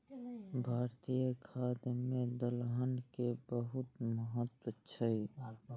भारतीय खाद्य मे दलहन के बहुत महत्व छै